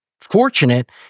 fortunate